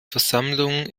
versammlung